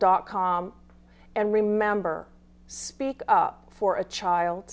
dot com and remember speak up for a child